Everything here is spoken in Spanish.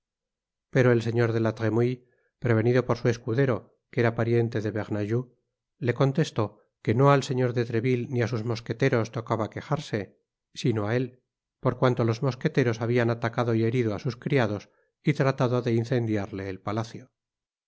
pero el señor de la tremouille grevenido por su escudero que era pariente de bernajoux le contestó que no al señor de treville ni á sus mosqueteros tocaba quejarse sinó áél por cuauto los mosqueteros habian atacado y herido á sus criados y tratado de incediarle el palacio